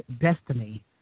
destiny